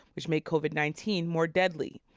which make covid nineteen more deadly.